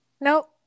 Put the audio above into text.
Nope